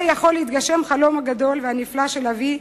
יכול להתגשם החלום הגדול והנפלא של אבי,